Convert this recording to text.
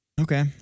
Okay